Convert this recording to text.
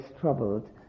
troubled